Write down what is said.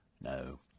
No